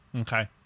Okay